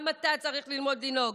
גם אתה צריך ללמוד לנהוג,